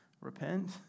repent